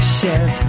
chef